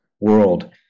world